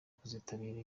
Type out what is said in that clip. kuzitabira